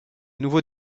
nouveaux